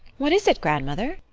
what is it, grandmother?